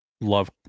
love